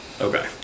Okay